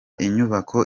inyubako